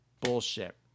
bullshit